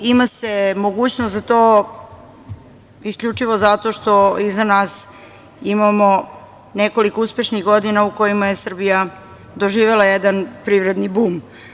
Ima se mogućnost za to isključivo zato što iza nas imamo nekoliko uspešnih godina u kojima je Srbija doživela jedan privredni bum.